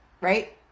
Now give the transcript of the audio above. right